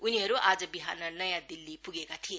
उनीहरू आज बिहान नयाँ दिल्ली पुगेका थिए